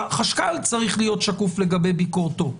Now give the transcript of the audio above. החשכ"ל צריך להיות שקוף לגבי ביקורתו.